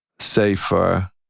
safer